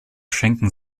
schenken